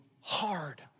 hard